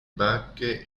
bacche